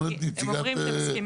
אומרת הנציגה.